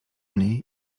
niej